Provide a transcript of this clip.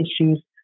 issues